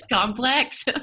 complex